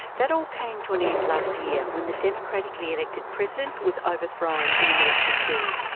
that all came to an end last year when the democratically elected president was overthrown in a military coup.